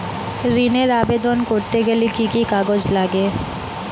ঋণের আবেদন করতে গেলে কি কি কাগজ লাগে?